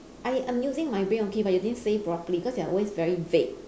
I I'm using my brain okay but you didn't say properly because you are always very vague